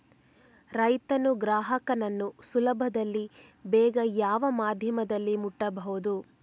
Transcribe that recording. ರೈತನು ಗ್ರಾಹಕನನ್ನು ಸುಲಭದಲ್ಲಿ ಬೇಗ ಯಾವ ಮಾಧ್ಯಮದಲ್ಲಿ ಮುಟ್ಟಬಹುದು?